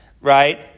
right